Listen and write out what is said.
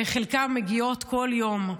וחלקן מגיעות בכל יום.